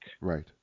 Right